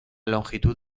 longitud